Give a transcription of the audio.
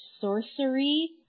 Sorcery